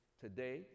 Today